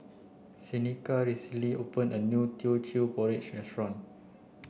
Seneca recently opened a new Teochew Porridge restaurant